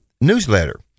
newsletter